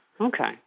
Okay